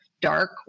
dark